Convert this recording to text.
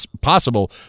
possible